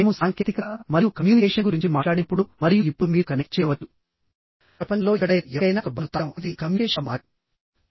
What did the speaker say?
మేము సాంకేతికత మరియు కమ్యూనికేషన్ గురించి మాట్లాడినప్పుడు మరియు ఇప్పుడు మీరు కనెక్ట్ చేయవచ్చు ప్రపంచంలో ఎక్కడైనా ఎవరికైనా ఒక బటన్ను తాకడం అనేది కమ్యూనికేషన్గా మారింది